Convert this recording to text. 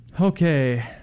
okay